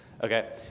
Okay